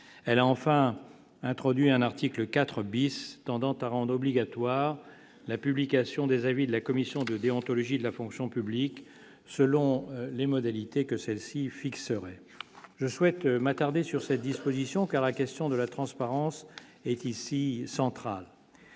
elle a enfin introduit un article 4 bis pendant à rendre obligatoire la publication des avis de la commission de déontologie de la fonction publique, selon les modalités que celle-ci fixerait je souhaite m'attarder sur cette disposition Kara question de la transparence est ici centrale